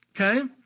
Okay